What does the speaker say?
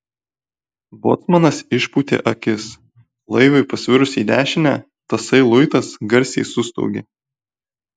bocmanas išpūtė akis laivui pasvirus į dešinę tasai luitas garsiai sustaugė